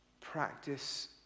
practice